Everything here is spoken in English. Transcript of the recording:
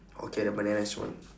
okay never mind then that's one